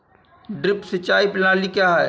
Drip सिंचाई प्रणाली क्या है?